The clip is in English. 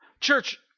Church